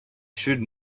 should